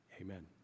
amen